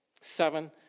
Seven